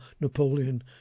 Napoleon